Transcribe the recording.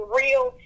real